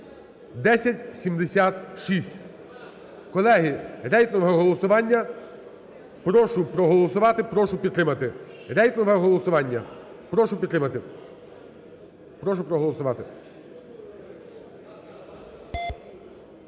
(1076). Колеги, рейтингове голосування. Прошу проголосувати, прошу підтримати. Рейтингове голосування. Прошу підтримати, прошу проголосувати.